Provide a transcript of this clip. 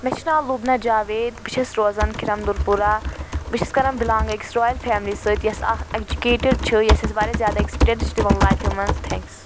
مےٚ چھُ ناو لُبنہ جاوید بہٕ چھیٚس روزان کھِرَم دُر پورہ بہٕ چھیٚس کران بِلانٛگ أکِس روایل فیملی سۭتۍ یۄس اکھ ایٚجوکیٹِڈ چھِ یۄس اسہِ واریاہ زیادٕ ایٚکٕسپیٖریَنٕس چھِ دوان لایفہِ مَنٛز تھینٛکٕس